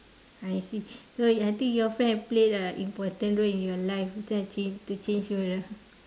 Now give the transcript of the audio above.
I see so I think your friend played a important role in your life to change you ya